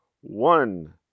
one